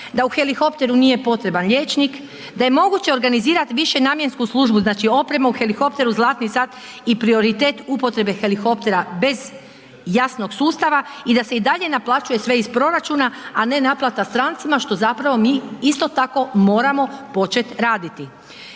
da u helikopteru nije potreban liječnik, da je moguće organizirati višenamjensku službu znači oprema u helikopteru zlatni sat i prioritet upotrebe helikoptera bez jasnog sustava i da se i dalje naplaćuje sve iz proračuna a ne naplata strancima što zapravo mi isto tako moramo početi raditi.